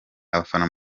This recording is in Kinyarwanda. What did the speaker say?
abafana